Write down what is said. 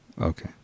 Okay